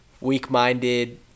weak-minded